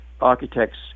architects